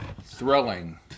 thrilling